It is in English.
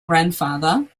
grandfather